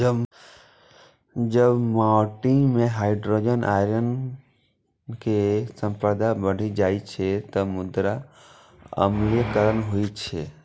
जब माटि मे हाइड्रोजन आयन के सांद्रता बढ़ि जाइ छै, ते मृदा अम्लीकरण होइ छै